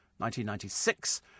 1996